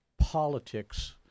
politics